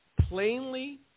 plainly